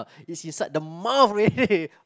this is like the mouth already